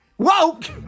Woke